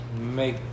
make